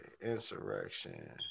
insurrection